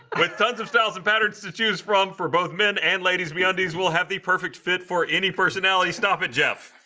with tons of styles and patterns to choose from for both men and ladies me undies will have the perfect fit for any personality stop it jeff.